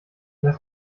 das